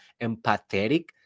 empathetic